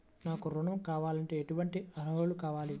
నాకు ఋణం కావాలంటే ఏటువంటి అర్హతలు కావాలి?